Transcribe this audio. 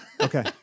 Okay